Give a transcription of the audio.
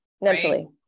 Mentally